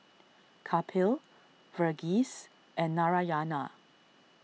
Kapil Verghese and Narayana